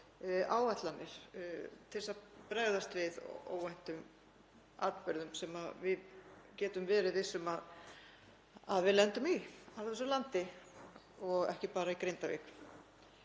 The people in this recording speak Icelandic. áætlanir til að bregðast við óvæntum atburðum sem við getum verið viss um að við lendum í í þessu landi og ekki bara í Grindavík.